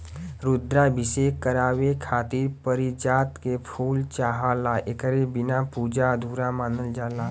रुद्राभिषेक करावे खातिर पारिजात के फूल चाहला एकरे बिना पूजा अधूरा मानल जाला